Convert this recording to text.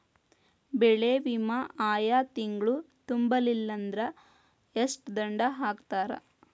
ಬೆಳೆ ವಿಮಾ ಆಯಾ ತಿಂಗ್ಳು ತುಂಬಲಿಲ್ಲಾಂದ್ರ ಎಷ್ಟ ದಂಡಾ ಹಾಕ್ತಾರ?